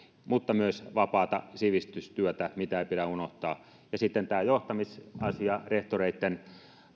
mutta myös vapaata sivistystyötä mitä ei pidä unohtaa ja sitten tämä johtamisasia rehtoreitten